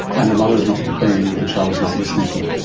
and the mother is not complaining that the child is not listening to them.